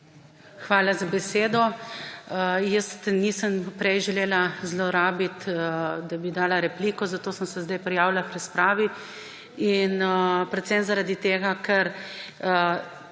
Hvala za besedo. Nisem prej želela zlorabiti, da bi dala repliko, zato sem se zdaj prijavila k razpravi in predvsem zaradi tega, ker